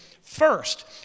first